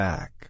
Back